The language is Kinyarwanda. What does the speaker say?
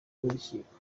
n’urukiko